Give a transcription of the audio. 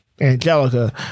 Angelica